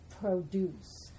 produce